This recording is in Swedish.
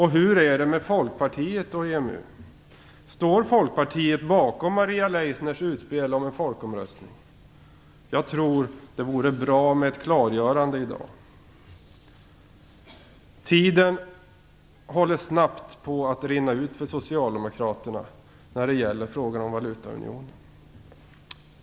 Hur är det med Folkpartiet och EMU? Står Folkpartiet bakom Maria Leissners utspel om en folkomröstning? Jag tror att det vore bra att få ett klargörande i dag. Tiden håller snabbt på att rinna ut för socialdemokraterna när det gäller frågan om valutaunionen.